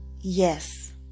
yes